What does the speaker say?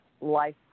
life